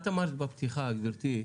את אמרת בפתיחה, גברתי,